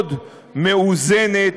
מאוד מאוזנת,